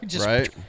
Right